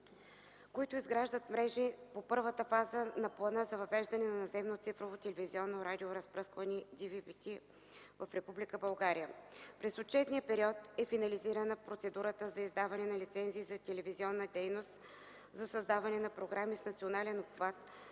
които изграждат мрежи по Първата фаза на Плана за въвеждане на наземно цифрово телевизионно радиоразпръскване (DVB-Т) в Република България. През отчетния период е финализирана процедурата за издаване на лицензии за телевизионна дейност за създаване на програми с национален обхват,